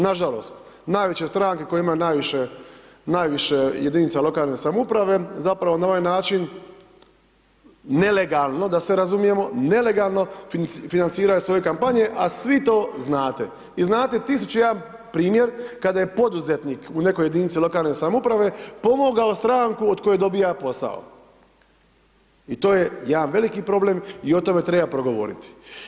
Nažalost, najveće stranke koje imaju najviše jedinica lokalne samouprave zapravo na ovaj način, nelegalno da se razumijemo, nelegalno financiraju svoje kampanje, a svi to znate i znate 1001 primjer kada je poduzetnik u nekoj jedinici lokalne samouprave pomogao stranku od koje dobiva posao i to je jedan veliki problem i o tome treba progovoriti.